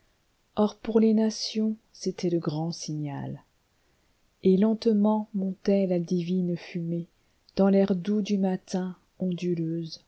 or pour les nations c'était le grand signal et lentement montait la divine fumiedans l'air doux du matin onduleuse